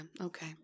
okay